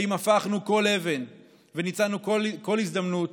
אם הפכנו כל אבן וניצלנו כל הזדמנות